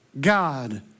God